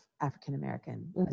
African-American